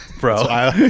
bro